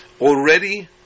already